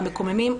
המקוממים,